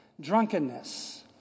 Drunkenness